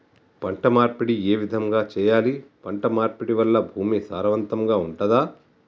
పంట మార్పిడి ఏ విధంగా చెయ్యాలి? పంట మార్పిడి వల్ల భూమి సారవంతంగా ఉంటదా?